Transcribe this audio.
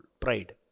pride